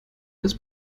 des